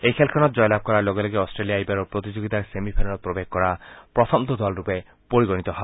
এই খেলখনত জয়লাভ কৰাৰ লগে লগে অট্টেলিয়া এইবাৰৰ প্ৰতিযোগিতাৰ ছেমি ফাইনেলত প্ৰৱেশ কৰা প্ৰথমটো দলৰূপে পৰিগণিত হয়